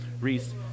Reese